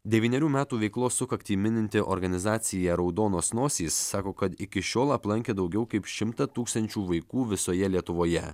devynerių metų veiklos sukaktį mininti organizacija raudonos nosys sako kad iki šiol aplankė daugiau kaip šimtą tūkstančių vaikų visoje lietuvoje